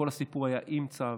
כל הסיפור היה עם צו.